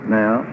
now